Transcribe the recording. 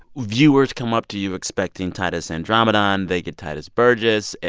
viewers come up to you expecting titus andromedon. they get tituss burgess.